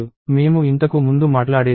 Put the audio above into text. మేము ఇంతకు ముందు మాట్లాడేది ఇదే